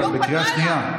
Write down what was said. את בקריאה שנייה.